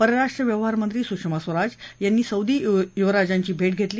परराष्ट्र व्यवहारमंत्री सुषमा स्वराज यांनी सौदी युवराजांची भेट घेतली